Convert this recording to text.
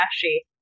flashy